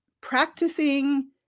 practicing